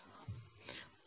संदर्भ वेळ 2535